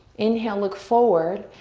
inhale, look forward.